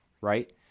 right